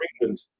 England